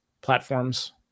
platforms